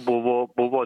buvo buvo